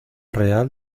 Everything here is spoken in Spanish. real